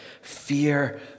fear